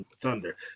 Thunder